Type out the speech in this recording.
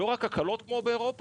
לא רק הקלות כמו באירופה,